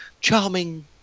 charming